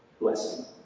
blessing